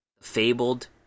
Fabled